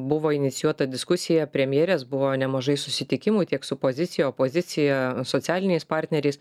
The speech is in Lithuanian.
buvo inicijuota diskusija premjerės buvo nemažai susitikimų tiek su pozicija opozicija socialiniais partneriais